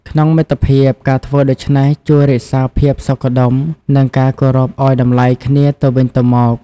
ក្នុងមិត្តភាព ការធ្វើដូច្នេះជួយរក្សាភាពសុខដុម និងការគោរពឱ្យតម្លៃគ្នាទៅវិញទៅមក។